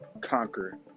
conquer